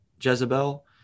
Jezebel